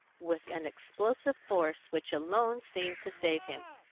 with an explosive force which alone seemed to save him.